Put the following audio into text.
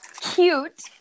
cute